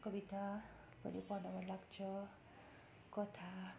कविता पनि पढ्न मन लाग्छ कथा